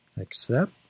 Accept